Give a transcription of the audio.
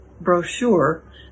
brochure